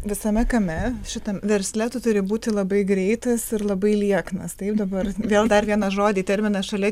visame kame šitam versle tu turi būti labai greitas ir labai lieknas taip dabar vėl dar vieną žodį terminą šalia